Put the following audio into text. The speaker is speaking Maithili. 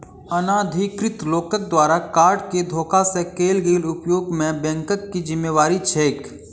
अनाधिकृत लोकक द्वारा कार्ड केँ धोखा सँ कैल गेल उपयोग मे बैंकक की जिम्मेवारी छैक?